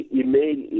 email